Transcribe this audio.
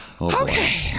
Okay